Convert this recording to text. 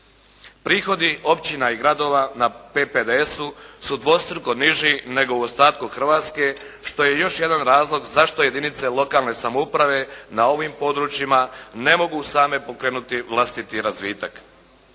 Prihodi općina i gradova na PPDS-u su dvostruko niži nego u ostatku Hrvatske što je još jedan razlog zašto jedinice lokalne samouprave na ovim područjima ne mogu same pokrenuti vlastiti razvitak.